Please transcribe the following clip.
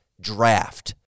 DRAFT